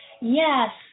Yes